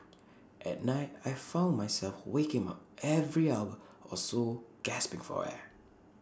at night I found myself waking up every hour or so gasping for air